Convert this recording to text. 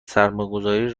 سرمایهگذاری